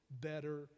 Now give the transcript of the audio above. better